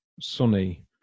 sunny